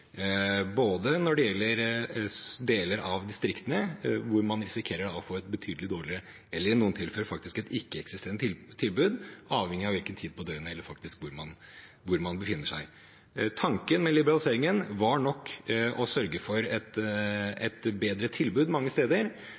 når det gjelder deler av distriktene, hvor man risikerer å få et betydelig dårligere, eller i noen tilfeller ikke-eksisterende tilbud, avhengig av hvilken tid på døgnet det er, eller hvor man befinner seg. Tanken med liberaliseringen var nok å sørge for et bedre tilbud mange steder,